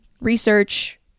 research